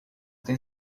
tem